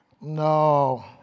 No